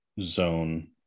zone